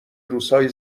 روزهای